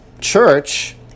church